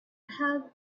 have